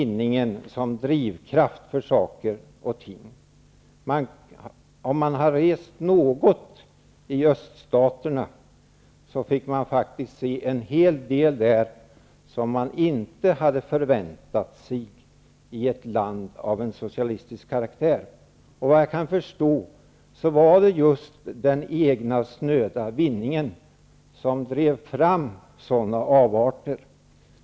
Den som har rest något i öststaterna har kunnat se en hel del som man inte förväntat sig i ett land av socialistisk karaktär. Såvitt jag kan förstå var det just den egna snöda vinningen som drev fram sådana avarter.